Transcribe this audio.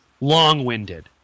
long-winded